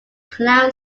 clown